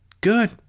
good